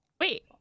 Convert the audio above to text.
Wait